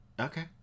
Okay